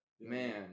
man